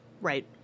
Right